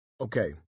Okay